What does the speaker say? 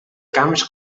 camps